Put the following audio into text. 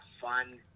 fun